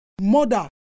Mother